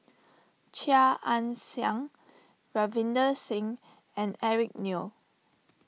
Chia Ann Siang Ravinder Singh and Eric Neo